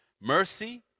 mercy